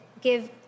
give